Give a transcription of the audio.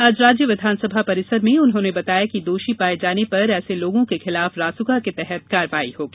आज राज्य विधानसभा परिसर में उन्होंने बताया कि दोषी पाए जाने पर ऐसे लोगों के खिलाफ रासुका के तहत कार्रवाई होगी